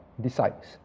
decides